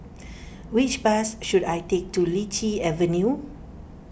which bus should I take to Lichi Avenue